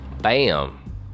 bam